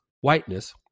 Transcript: Whiteness